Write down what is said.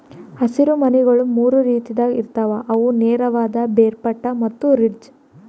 ಹಸಿರು ಮನಿಗೊಳ್ ಮೂರು ರೀತಿದಾಗ್ ಇರ್ತಾವ್ ಅವು ನೇರವಾದ, ಬೇರ್ಪಟ್ಟ ಮತ್ತ ರಿಡ್ಜ್